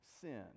sin